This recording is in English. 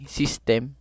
system